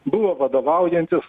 buvo vadovaujantis